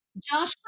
Josh